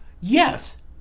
yes